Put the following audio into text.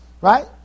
Right